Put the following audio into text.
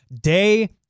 Day